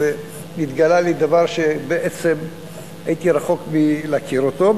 והתגלה לי שבעצם הייתי רחוק מלהכיר אותו.